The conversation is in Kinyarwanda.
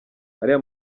ariya